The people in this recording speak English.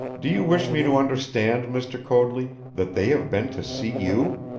do you wish me to understand, mr. coadley, that they have been to see you?